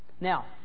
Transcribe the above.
Now